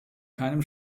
keinem